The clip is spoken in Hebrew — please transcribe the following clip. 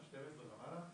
מגיל 12 ומעלה.